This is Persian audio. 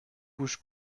گوش